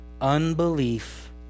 unbelief